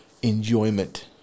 Enjoyment